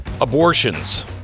abortions